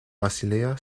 basilea